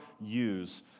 use